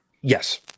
Yes